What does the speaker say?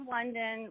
London